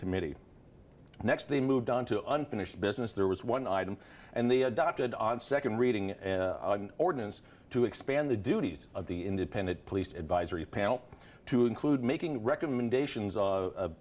committee next they moved on to unfinished business there was one item and they adopted on second reading ordinance to expand the duties of the independent police advisory panel to include making recommendations